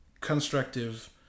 constructive